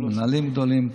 מנהלים גדולים,